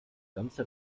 ganze